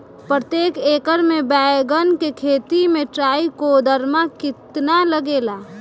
प्रतेक एकर मे बैगन के खेती मे ट्राईकोद्रमा कितना लागेला?